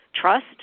trust